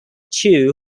chu